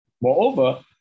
Moreover